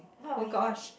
what were you